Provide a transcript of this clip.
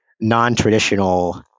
non-traditional